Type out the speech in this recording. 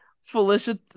Felicia